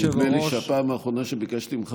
נדמה לי שהפעם האחרונה שביקשתי ממך